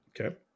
Okay